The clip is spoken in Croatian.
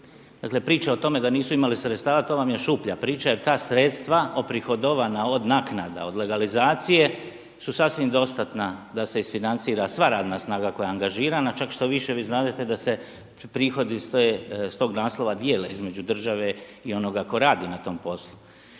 Dakle priča o tome da nisu imali sredstava to vam je šuplja priča jer ta sredstva oprihodovana od naknada, od legalizacije su sasvim dostatna da se isfinancira sva radna snaga koja je angažirana. Čak štoviše vi znadete da se prihodi iz tog naslova dijele između države i onoga tko radi na tom poslu.